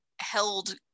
held